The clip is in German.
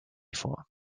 vor